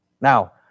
Now